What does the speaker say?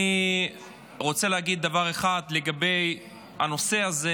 אני רוצה להגיד דבר אחד לגבי הנושא הזה,